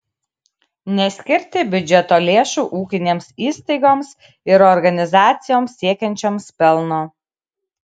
neskirti biudžeto lėšų ūkinėms įstaigoms ir organizacijoms siekiančioms pelno